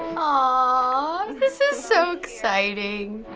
aww. this is so exciting.